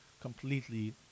completely